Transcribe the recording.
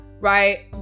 right